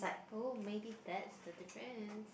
oh maybe that's the difference